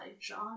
John